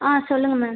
ஆ சொல்லுங்கள் மேம்